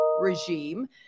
regime